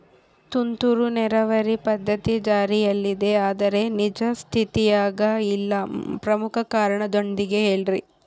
ತುಂತುರು ನೇರಾವರಿ ಪದ್ಧತಿ ಜಾರಿಯಲ್ಲಿದೆ ಆದರೆ ನಿಜ ಸ್ಥಿತಿಯಾಗ ಇಲ್ಲ ಪ್ರಮುಖ ಕಾರಣದೊಂದಿಗೆ ಹೇಳ್ರಿ?